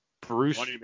Bruce